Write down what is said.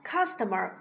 Customer